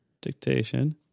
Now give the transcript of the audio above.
Dictation